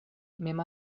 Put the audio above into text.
mem